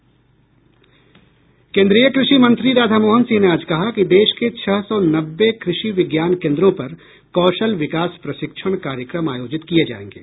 केन्द्रीय कृषि मंत्री राधामोहन सिंह ने आज कहा कि देश के छह सौ नब्बे कृषि विज्ञान केन्द्रों पर कौशल विकास प्रशिक्षण कार्यक्रम आयोजित किये जायेंगे